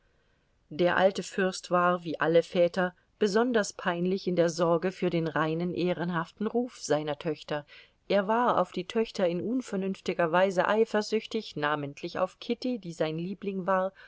der alte fürst war wie alle väter besonders peinlich in der sorge für den reinen ehrenhaften ruf seiner töchter er war auf die töchter in unvernünftiger weise eifersüchtig namentlich auf kitty die sein liebling war